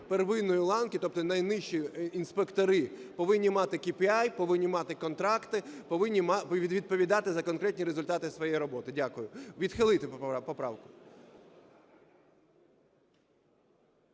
первинної ланки, тобто найнижчі інспектори, повинні мати КPI, повинні мати контракти, повинні відповідати за конкретні результати своєї роботи. Дякую. Відхилити поправку.